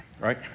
right